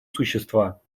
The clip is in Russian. существа